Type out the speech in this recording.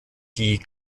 die